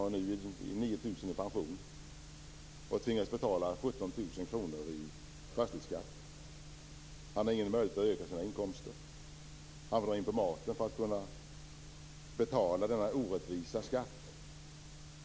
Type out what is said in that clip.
Hans pension var 9 000 kr/mån och han tvingades betala 17 000 kr i fastighetsskatt. Han har ingen möjlighet att öka sina inkomster. Han har dragit in på maten för att kunna betala denna orättvisa skatt.